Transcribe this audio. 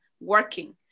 working